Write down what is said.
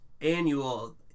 Annual